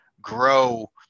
grow